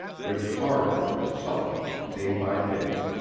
which hardened and toughened day by day.